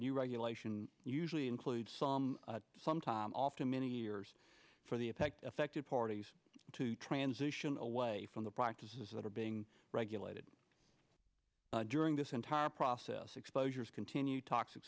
new regulation usually includes some some time off to many years for the effect affected parties to transition away from the practices that are being regulated during this entire process exposures continued toxic